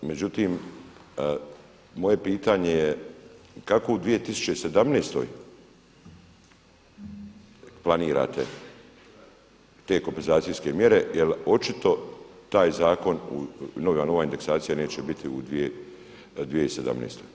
Međutim moje pitanje je kako u 2017. planirate te kompenzacijske mjere jel očito taj zakon nova indeksacija neće biti u 2017.